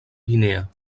guinea